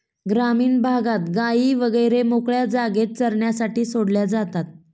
ग्रामीण भागात गायी वगैरे मोकळ्या जागेत चरण्यासाठी सोडल्या जातात